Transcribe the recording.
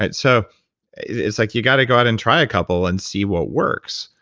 it's so it's like, you gotta go out and try a couple and see what works.